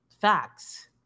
facts